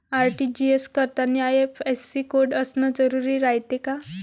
RTGS करतांनी IFSC code असन जरुरी रायते का?